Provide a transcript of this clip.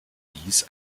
dies